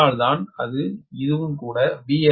அதனால்தான் அது இதுவும் கூட VL LB